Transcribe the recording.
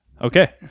okay